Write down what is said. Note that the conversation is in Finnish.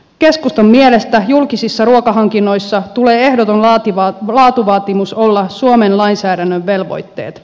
keskustan mielestä julkisissa ruokahankinnoissa tulee ehdoton laatuvaatimus olla suomen lainsäädännön velvoitteet